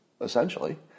essentially